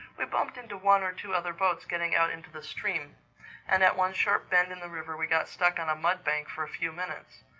we bumped into one or two other boats getting out into the stream and at one sharp bend in the river we got stuck on a mud bank for a few minutes.